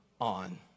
on